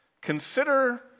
Consider